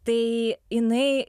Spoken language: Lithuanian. tai jinai